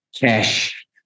cash